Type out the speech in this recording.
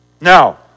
Now